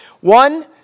One